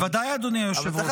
בוודאי, אדוני היושב-ראש.